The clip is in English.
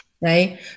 right